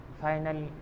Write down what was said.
final